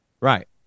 Right